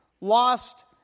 lost